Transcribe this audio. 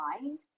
mind